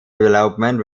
development